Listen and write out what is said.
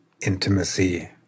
intimacy